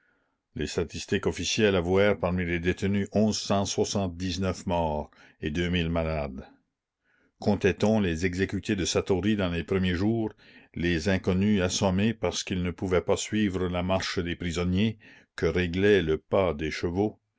les statistiques officielles avouèrent parmi les détenus onze cent soixante-dix-neuf morts et deux mille malades comptait on les exécutés de satory dans les premiers jours les inconnus assommés parce qu'ils ne pouvaient pas suivre la marche des prisonniers que réglait le pas des chevaux